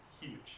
huge